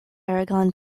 aragon